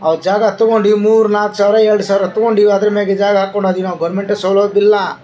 ಅವ್ರು ಜಾಗ ತೊಗೊಂಡು ಇವ್ರು ನಾಲ್ಕು ಸಾವಿರ ಎರಡು ಸಾವಿರ ತೊಗೊಂಡು ಅದ್ರ ಮ್ಯಾಗ ಜಾಗ ಹಾಕೊಂಡದ್ದೀವಿ ನಾವು ಗೌರ್ಮೆಂಟಿಗೆ ಸೋಲೊದಿಲ್ಲ